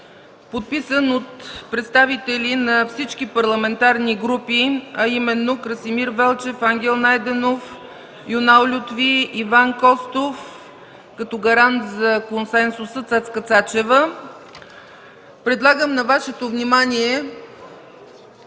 подписан от представители на всички парламентарни групи, а именно: Красимир Велчев, Ангел Найденов, Юнал Лютви, Иван Костов, като гарант за консенсуса – Цецка Цачева. Предлагам на Вашето внимание